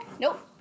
Nope